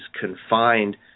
confined